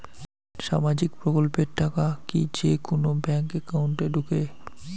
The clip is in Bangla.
সামাজিক প্রকল্পের টাকা কি যে কুনো ব্যাংক একাউন্টে ঢুকে?